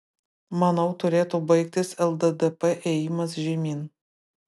manau turėtų baigtis lddp ėjimas žemyn